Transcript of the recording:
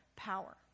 power